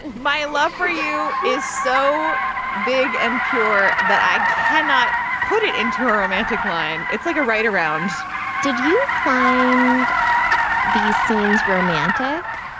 and my love for you is so big and pure that i cannot put it into a romantic line. it's like a right around did you find these scenes romantic?